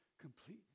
complete